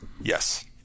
Yes